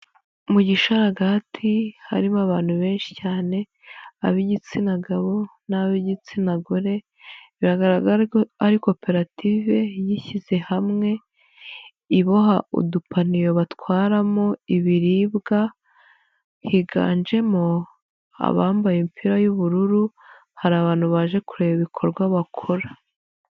Mu gisharagati harimo abantu benshi cyane ab'igitsina gabo n'ab'igitsina gore, biragaragara ko ari koperative yishyize hamwe iboha udupaniye batwaramo ibiribwa, higanjemo abambaye imipira y'ubururu hari abantu baje kureba ibikorwa bakora.